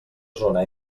zona